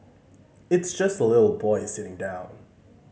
it's just a little boy sitting down